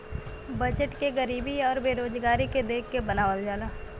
budget के गरीबी आउर बेरोजगारी के देख के बनावल जाला